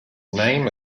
name